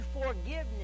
forgiveness